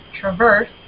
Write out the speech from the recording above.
traverse